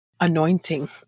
anointing